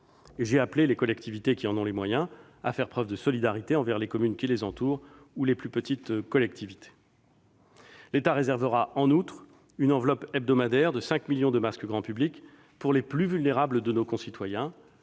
J'ai appelé les collectivités qui en ont les moyens à faire preuve de solidarité envers les communes qui les entourent ou les plus petites collectivités. L'État réservera en outre une enveloppe hebdomadaire de 5 millions de masques grand public pour les plus vulnérables de nos concitoyens